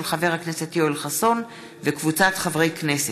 של חבר הכנסת יואל חסון וקבוצת חברי הכנסת,